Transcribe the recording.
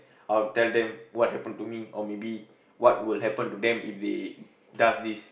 I will tell them what happened to me or maybe what will happen to them if they does this